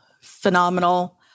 phenomenal